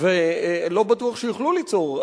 לא בטוח שיוכלו ליצור,